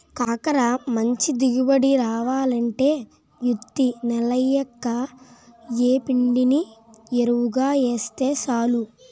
కాకర మంచి దిగుబడి రావాలంటే యిత్తి నెలయ్యాక యేప్పిండిని యెరువుగా యేస్తే సాలు